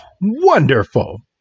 wonderful